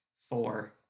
four